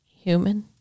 human